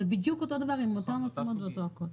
זה בדיוק אותו דבר עם אותן מצלמות ואותו הכול.